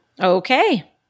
okay